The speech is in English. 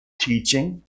Teaching